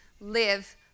live